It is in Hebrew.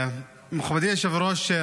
מכובדי היושב-ראש,